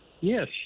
Yes